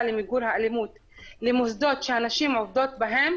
למיגור האלימות למוסדות שהנשים עובדות בהם.